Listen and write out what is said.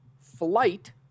flight